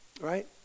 right